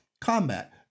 combat